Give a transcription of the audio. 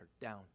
down